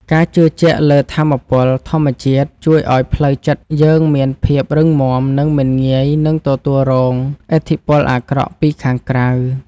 ការជឿជាក់លើថាមពលធម្មជាតិជួយឱ្យផ្លូវចិត្តយើងមានភាពរឹងមាំនិងមិនងាយនឹងទទួលរងឥទ្ធិពលអាក្រក់ពីខាងក្រៅ។